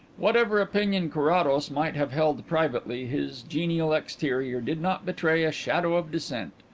whatever opinion carrados might have held privately, his genial exterior did not betray a shadow of dissent.